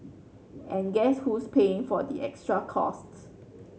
and guess who's paying for the extra costs